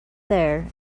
there